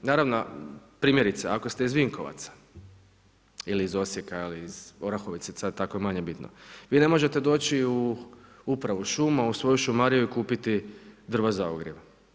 Naravno, primjerice ako ste iz Vinkovaca ili iz Osijeka ili iz Orahovice, tako je manje bitno, vi ne možete doći u Upravu šuma u svoju šumariju i kupiti drva za ogrjev.